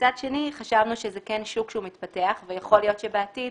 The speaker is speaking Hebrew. ומצד שני חשבנו שזה שוק שהוא מתפתח ויכול להיות שבעתיד